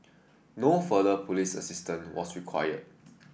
no further police assistance was required